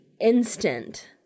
instant